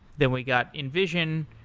then we got invision.